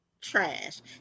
trash